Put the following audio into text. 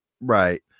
Right